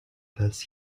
this